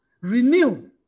Renew